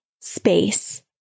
space